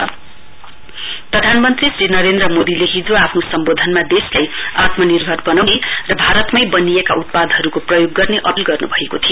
indigenous product प्रधानमन्त्री नरेन्द्र मोदीले his आफ्नो सम्बोधनमा देशलाई आत्मानिर्भर बनाउनेर भारतमै बनिएका उत्पादहरुको प्रयोग गर्ने अपील गर्नुभएको थियो